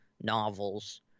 novels